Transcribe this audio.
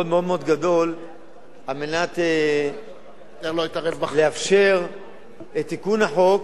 על מנת לאפשר את תיקון החוק,